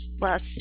last